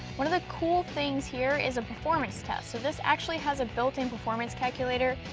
one of the cool things here is a performance test. so this actually has a built in performance calculator.